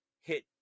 hit